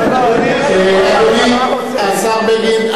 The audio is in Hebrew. אדוני השר בגין,